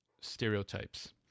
stereotypes